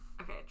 Okay